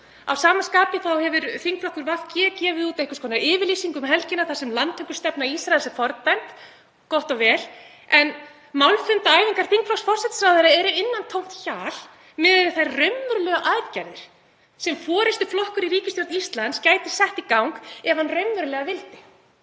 Að sama skapi hefur þingflokkur VG gefið út einhvers konar yfirlýsingu um helgina þar sem landtökustefna Ísraels er fordæmd, gott og vel, en málfundaæfingar þingflokks forsætisráðherra eru innantómt hjal miðað við þær raunverulegu aðgerðir sem forystuflokkur í ríkisstjórn Íslands gæti sett í gang ef hann raunverulega vildi.